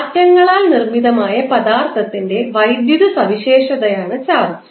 ആറ്റങ്ങളാൽ നിർമ്മിതമായ പദാർത്ഥത്തിൻറെ വൈദ്യുത സവിശേഷതയാണ് ചാർജ്